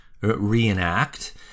reenact